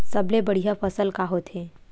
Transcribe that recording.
सबले बढ़िया फसल का होथे?